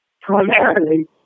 primarily